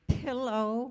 pillow